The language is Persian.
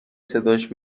صداش